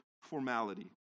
formality